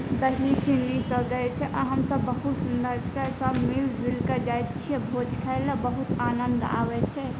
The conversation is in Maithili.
दही चीनी सब रहै छै आओर हमसब बहुत सुन्दरसँ सब मिलजुलिके जाइ छिए भोज खाइलए बहुत आनन्द आबै छै